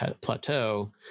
Plateau